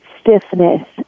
stiffness